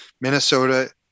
Minnesota